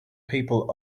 people